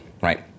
right